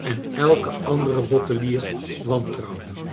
en elk en anderen bot teller wantrouwden